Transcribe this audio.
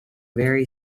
very